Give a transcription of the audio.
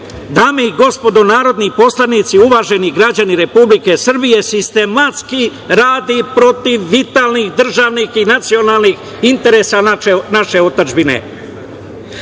dame i gospodo narodni poslanici, uvaženi građani Republike Srbije sistematski radi protiv vitalnih državnih i nacionalnih interesa naše otadžbine.